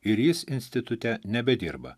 ir jis institute nebedirba